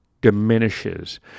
diminishes